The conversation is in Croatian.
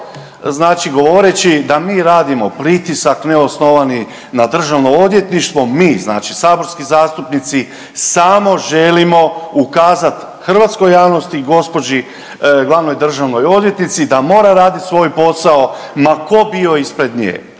znači govoreći da mi radimo pritisak neosnovani na Državno odvjetništvo, mi znači saborski zastupnici samo želimo ukazati hrvatskoj javnosti i gospođi glavnoj državnoj odvjetnici da mora raditi svoj posao ma tko bio ispred nje.